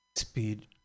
Speed